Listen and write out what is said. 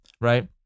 Right